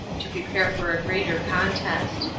to prepare for a greater contest.